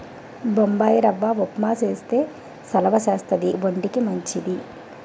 బొంబాయిరవ్వ ఉప్మా చేస్తే సలవా చేస్తది వంటికి మంచిది